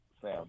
Sam